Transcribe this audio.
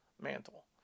mantle